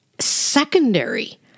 Secondary